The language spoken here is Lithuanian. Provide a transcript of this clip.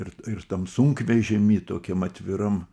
ir ir tam sunkvežimy tokiam atviram